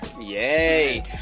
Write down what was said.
Yay